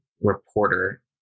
reporter